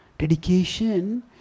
Dedication